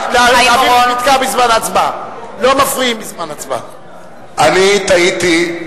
אורבך, בעד אני טעיתי,